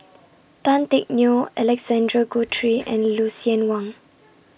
Tan Teck Neo Alexander Guthrie and Lucien Wang